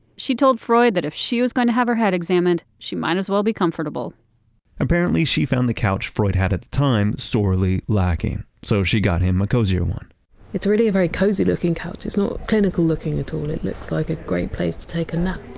she told freud that if she was going to have her head examined, she might as well be comfortable apparently, she found the couch freud had at the time sorely lacking so she got him a cozier one it's really a very cozy looking couch. it's not clinical looking at all it looks like a great place to take a nap.